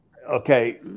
Okay